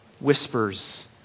whispers